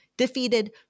defeated